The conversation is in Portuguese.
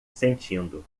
sentindo